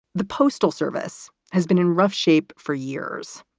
the postal service has been in rough shape for years,